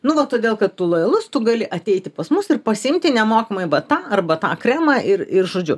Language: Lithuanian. nu vat todėl kad tu lojalus tu gali ateiti pas mus ir pasiimti nemokamai va tą arba tą kremą ir ir žodžiu